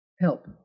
Help